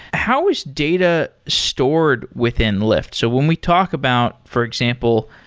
how is data stored within lyft? so when we talk about, for example,